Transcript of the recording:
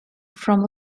from